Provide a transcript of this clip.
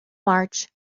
march